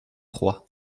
trois